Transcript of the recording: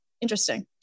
interesting